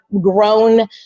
grown